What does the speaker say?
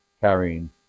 carrying